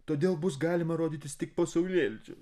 todėl bus galima rodytis tik po saulėlydžio